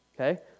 okay